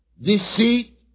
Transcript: deceit